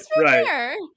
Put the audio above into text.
right